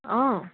অ'